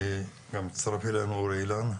גם הצטרף אלינו אילן,